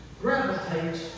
gravitates